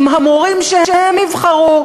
עם המורים שהם יבחרו,